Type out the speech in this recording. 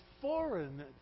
foreign